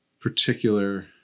particular